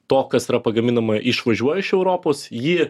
to kas yra pagaminama išvažiuoja iš europos ji